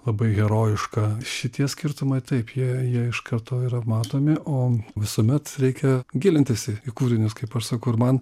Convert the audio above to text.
labai herojiška šitie skirtumai taip jie jie iš karto yra matomi o visuomet reikia gilintis į kūrinius kaip aš sakau ir man